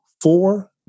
four